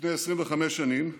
לפני 25 שנים,